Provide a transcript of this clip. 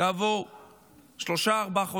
כעבור שלושה-ארבעה חודשים.